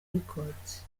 records